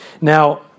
Now